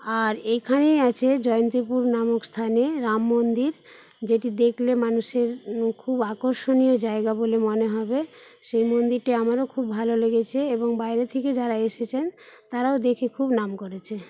আর এখানেই আছে জয়ন্তীপুর নামক স্থানে রাম মন্দির যেটি দেখলে মানুষের খুব আকর্ষণীয় জায়গা বলে মনে হবে সে মন্দিরটি আমারও খুব ভালো লেগেছে এবং বাইরে থেকে যারা এসেছেন তারাও দেখে খুব নাম করেছে